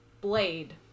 Blade